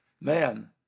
man